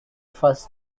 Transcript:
first